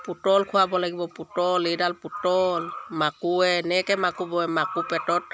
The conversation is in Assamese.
পুতল খুৱাব লাগিব পুতল এইডাল পুতল মাকুৱে এনেকৈ মাকো বয় মাকো পেটত